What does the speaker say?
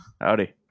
Howdy